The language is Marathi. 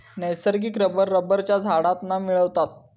नैसर्गिक रबर रबरच्या झाडांतना मिळवतत